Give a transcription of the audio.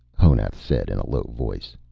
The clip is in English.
honath said in a low voice.